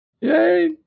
Yay